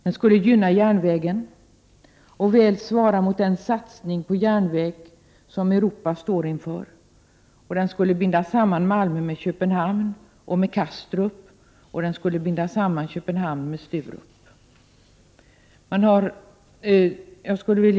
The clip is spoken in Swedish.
Den skulle gynna järnvägen och väl svara mot den satsning på järnväg som Europa står inför. Den skulle binda samman Malmö med Köpenhamn och Kastrup, och den skulle binda samman Köpenhamn med Sturup.